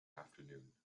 afternoon